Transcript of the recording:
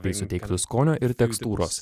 tai suteiktų skonio ir tekstūros